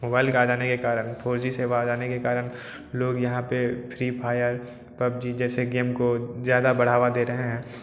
mobile के आ जाने के कारण फोर जी सेवा आ जाने के कारण लोग यहाँ पे फ्री फायर पबजी जैसे गेम को ज़्यादा बढ़ावा दे रहे हैं